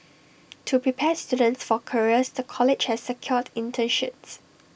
to prepare students for careers the college has secured internships